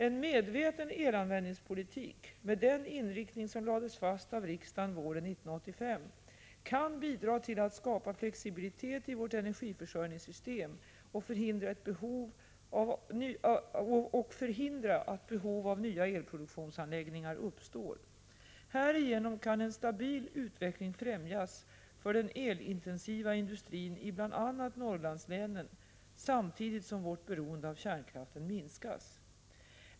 En medveten elanvändningspolitik med den inriktning som lades fast av riksdagen våren 1985 kan bidra till att skapa flexibilitet i vårt energiförsörjningssystem och förhindra att behov av nya elproduktionsanläggningar uppstår. Härigenom kan en stabil utveckling främjas för den elintensiva industrin i bl.a. Norrlandslänen samtidigt som vårt beroende av kärnkraften minskas.